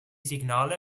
signale